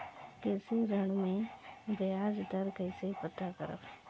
कृषि ऋण में बयाज दर कइसे पता करब?